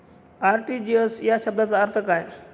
RTGS या शब्दाचा अर्थ काय?